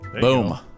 Boom